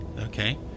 Okay